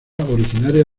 originaria